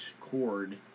cord